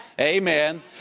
amen